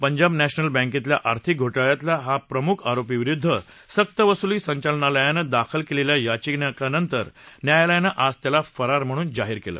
Punjab national बँकेतल्या आर्थिक घोटाळ्यातल्या या प्रमख आरोपीविरुद्ध सक्तवसुली संचालनालयानं दाखल केलेल्या याचिकेनंतर न्यायालयानं आज त्याला फरार म्हणून जाहीर केलं